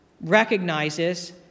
recognizes